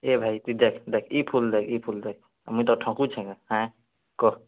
ଏ ଭାଇ ତୁ ଦେଖ୍ ଦେଖ୍ ଇ ଫୁଲ୍ ଦେଖ୍ ମୁଁ ତୋତେ ଠକୁଛେ କାଁ ହେଁ କହ